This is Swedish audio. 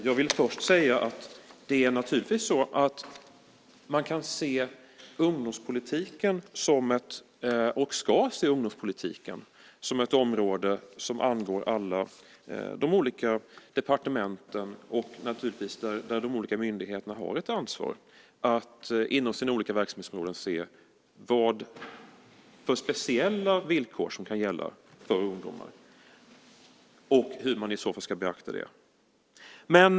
Jag vill först säga att ungdomspolitiken naturligtvis kan och ska ses som ett område som angår alla de olika departement och myndigheter som har ansvar för att inom sina verksamhetsområden se vilka speciella villkor som kan gälla för just ungdomar och hur de i så fall ska beaktas.